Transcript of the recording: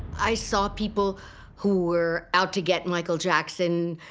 i saw people who were out to get michael jackson.